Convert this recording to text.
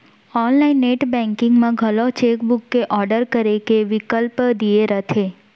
online net banking म घलौ cheque book के आडर करे के बिकल्प दिये रथे